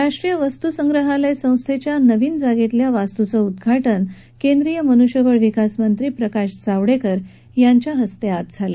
राष्ट्रीय वस्तुसंग्रहालय संस्थेच्या नव्या जागेतल्या वास्तूचं उद्घाटन केंद्रीय मनुष्यबळ विकास मंत्री प्रकाश जावडेकर यांच्या हस्ते आज झालं